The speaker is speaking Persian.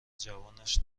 جوانش